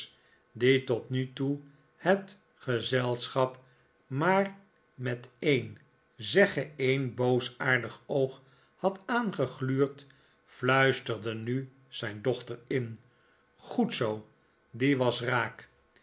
die tot nu toe het gezelschap maar met een zegge een boosaardig oog had aangegluurd fluisterde nu zijn dochter in goed zoo die was raak